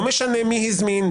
לא משנה מי הזמין,